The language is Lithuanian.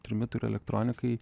trimitui ir elektronikai